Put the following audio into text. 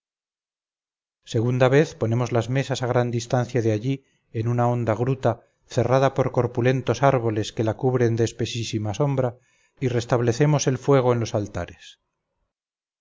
segunda vez ponemos las mesas a gran distancia de allí en una honda gruta cerrada por corpulentos árboles que la cubren de espesísima sombra y restablecemos el fuego en los altares